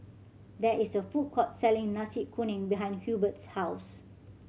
there is a food court selling Nasi Kuning behind Hurbert's house